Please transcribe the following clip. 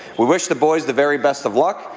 we wish the boys the very best of luck,